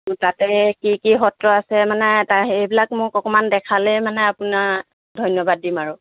তাতে কি কি সত্ৰ আছে মানে তাৰ সেইবিলাক মোক অকণমান দেখালে মানে আপোনাৰ ধন্যবাদ দিম আৰু